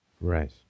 Right